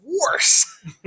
worse